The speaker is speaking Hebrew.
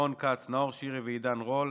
רון כץ, נאור שירי ועידן רול,